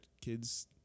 kids